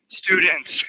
students